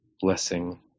blessing